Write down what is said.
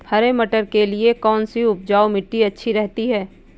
हरे मटर के लिए कौन सी उपजाऊ मिट्टी अच्छी रहती है?